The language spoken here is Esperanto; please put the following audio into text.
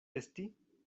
esti